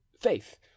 faith